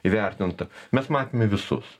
įvertinta mes matėme visus